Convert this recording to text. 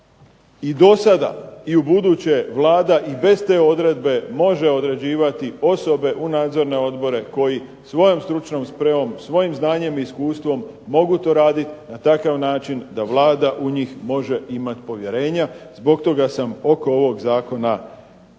i do sada i u buduće Vlada i bez te odredbe može određivati osobe u nadzorne odbore koji svojom stručnom spremom, svojim znanjem i iskustvom mogu to raditi na takav način da Vlada u njih može imati povjerenja. Zbog toga sam oko ovog zakona bit